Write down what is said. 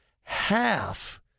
half